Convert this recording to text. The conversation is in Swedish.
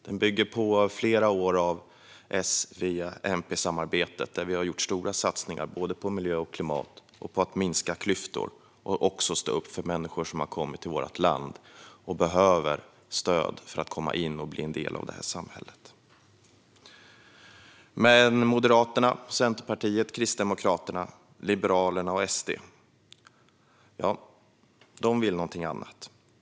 Den bygger på flera år av S-MP-samarbete, där vi har gjort stora satsningar både på miljö och klimat och på att minska klyftor och stå upp för människor som har kommit till vårt land och behöver stöd för att komma in och bli en del av det här samhället. Men Moderaterna, Centerpartiet, Kristdemokraterna, Liberalerna och SD vill någonting annat.